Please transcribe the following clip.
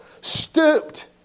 stooped